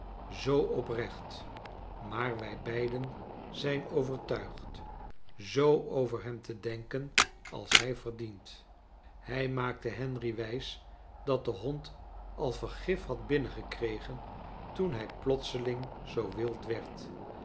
zoo oprecht maar wij beiden zijn overtuigd zoo over hem te denken als hij verdient hij maakte henry wijs datdehondal vergif had binnen gekregen toen hij plotseling zoo wild werd